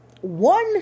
One